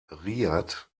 riad